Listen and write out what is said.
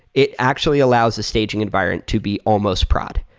it actually allows the staging environment to be almost prod,